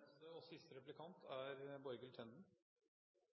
Venstre har i sitt alternative budsjett foreslått betydelige endringer i inntektsbeskatningen når det gjelder minstefradrag, personfradrag, toppskatt og